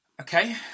Okay